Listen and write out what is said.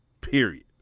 Period